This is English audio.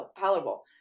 palatable